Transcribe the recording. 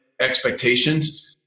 expectations